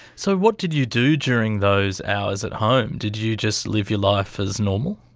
so what did you do during those hours at home? did you just live your life as normal?